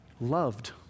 loved